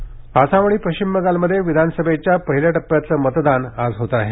विधानसभा निवडणक आसाम आणि पश्चिम बंगालमध्ये विधानसभेच्या पहिल्या टप्प्यातलं मतदान आज होत आहे